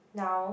now